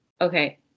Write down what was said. okay